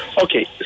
Okay